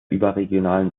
überregionalen